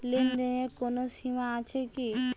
লেনদেনের কোনো সীমা আছে কি?